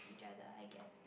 each other I guess